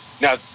now